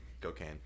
Cocaine